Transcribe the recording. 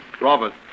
Robert